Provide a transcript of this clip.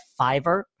Fiverr